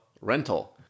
rental